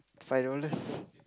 five dollars